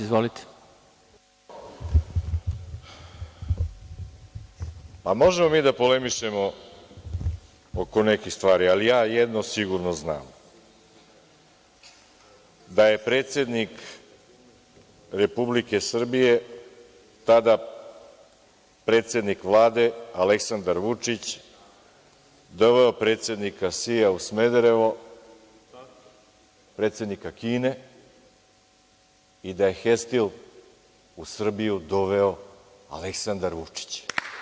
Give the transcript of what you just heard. Izvolite. (Vjerica Radeta: Poslovnik.) Možemo mi da polemišemo oko nekih stvari, ali ja jedno sigurno znam, da je predsednik Republike Srbije, tada predsednik Vlade, Aleksandar Vučić doveo predsednika Sija u Smederevo, predsednika Kine i da je „Hestil“ u Srbiju doveo Aleksandar Vučić.